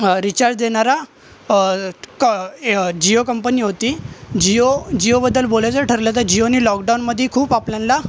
recharge देणारा क जिओ कंपनी होती जिओ जिओबद्दल बोलायचं ठरलं तर जिओने लॉकडाऊनमध्ये खूप आपल्याला